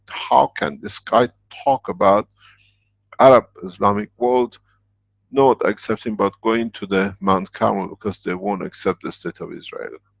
how can this guy talk about arab islamic world not accepting, but going to the mount carmel, because they won't accept the state of israel.